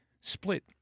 split